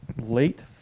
late